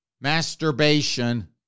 masturbation